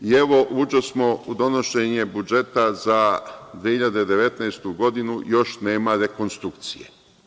I, evo, uđosmo u donošenje budžeta za 2019. godinu i još nema rekonstrukcije.